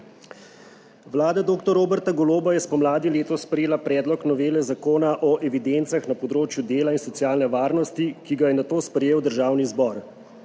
Vlada dr. Roberta Goloba je spomladi letos sprejela predlog novele Zakona o evidencah na področju dela in socialne varnosti, ki ga je nato sprejel Državni zbor.